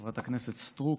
חברת הכנסת סטרוק,